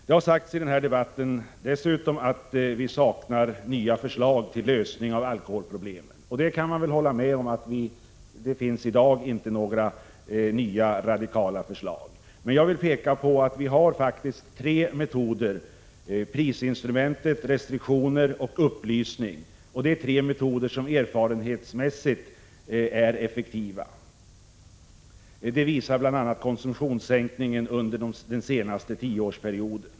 Det har dessutom sagts i den här debatten att det saknas nya förslag till lösning av alkoholproblemen, och jag kan väl hålla med om att det i dag inte finns några nya, radikala förslag. Men jag vill peka på att vi faktiskt har tre metoder: prisinstrumentet, restriktioner och upplysning. Det är tre metoder som erfarenhetsmässigt är effektiva. Det visar bl.a. konsumtionssänkningen under den senaste tioårsperioden.